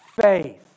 Faith